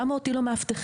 למה אותי לא מאבטחים?